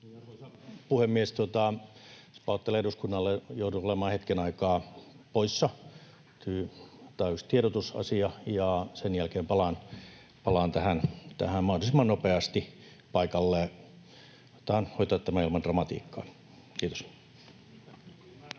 Arvoisa puhemies! Pahoittelen eduskunnalle, että joudun olemaan hetken aikaa poissa. Täytyy hoitaa yksi tiedotusasia, ja sen jälkeen palaan mahdollisimman nopeasti paikalle. Koetetaan hoitaa tämä ilman dramatiikkaa. — Kiitos.